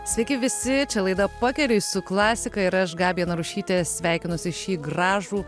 sveiki visi čia laida pakeliui su klasika ir aš gabija narušytė sveikinusi šį gražų